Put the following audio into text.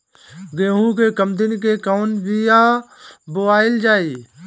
गेहूं के कम दिन के कवन बीआ बोअल जाई?